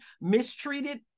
mistreated